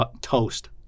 toast